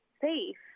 safe